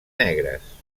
negres